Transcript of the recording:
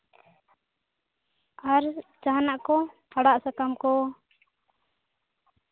ᱟᱨ ᱡᱟᱦᱟᱱᱟᱜ ᱠᱚ ᱟᱲᱟᱜ ᱥᱟᱠᱟᱢ ᱠᱚ